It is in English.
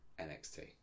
NXT